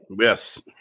Yes